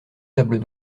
tables